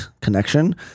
connection